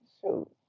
shoot